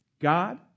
God